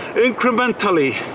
incrementally.